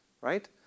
right